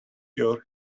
your